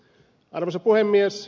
arvoisa puhemies